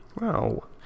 Wow